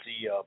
see